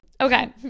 Okay